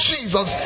Jesus